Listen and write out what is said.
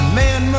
man